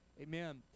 Amen